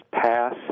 pass